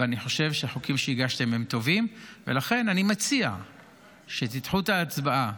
אני חושב שהחוקים שהגשתם הם טובים ולכן אני מציע שתדחו את ההצבעה